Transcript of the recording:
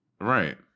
Right